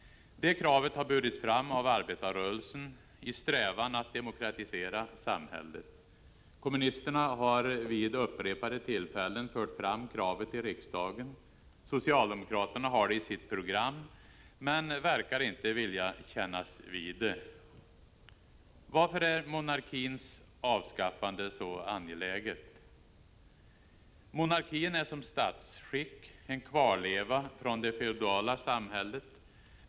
Detta krav har burits fram av arbetarrörelsen i strävan att demokratisera samhället. Kommunisterna har vid upprepade tillfällen fört fram kravet i riksdagen. Socialdemokraterna har det i sitt program, men verkar inte vilja kännas vid det. Varför är monarkins avskaffande så angeläget? Monarkin är som statsskick en kvarleva från det feodala samhället.